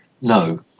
No